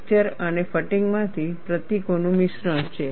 fracture અને fatigue માંથી પ્રતીકોનું મિશ્રણ છે